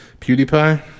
PewDiePie